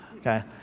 Okay